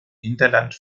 hinterland